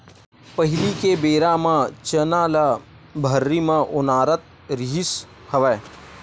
पहिली के बेरा म चना ल भर्री म ओनारत रिहिस हवय